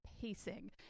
pacing